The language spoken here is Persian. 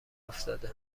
افتاده